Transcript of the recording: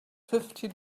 fifty